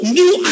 new